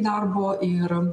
darbo ir